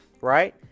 right